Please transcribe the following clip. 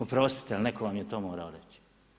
Oprostite, ali netko vam je to morao reći.